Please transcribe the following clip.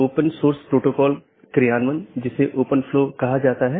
autonomous system संगठन द्वारा नियंत्रित एक इंटरनेटवर्क होता है